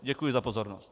Děkuji za pozornost.